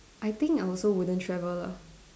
I think I also wouldn't travel lah